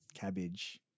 cabbage